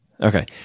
Okay